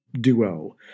duo